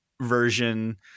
version